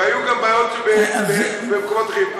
והיו גם בעיות במקומות אחרים.